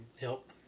help